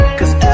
Cause